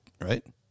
Right